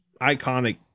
iconic